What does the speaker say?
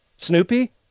Snoopy